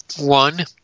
One